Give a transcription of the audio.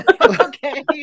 okay